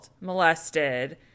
molested